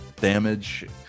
damage